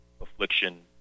affliction